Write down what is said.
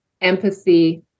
empathy